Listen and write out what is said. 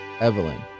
Evelyn